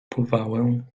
powałę